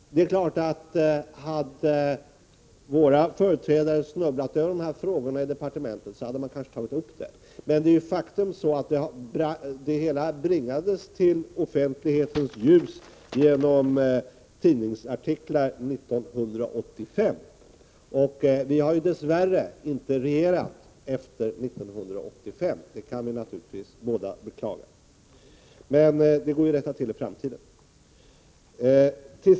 Hade våra företrädare snubblat över dessa frågor i departementet, hade man kanske tagit upp dem till behandling. Men faktum är att det hela bringades till offentlighetens ljus genom tidningsartiklar 1985. Vi har dess värre inte regerat efter 1985. Det kan vi naturligtvis båda beklaga, men det går att rätta till i framtiden.